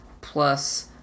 plus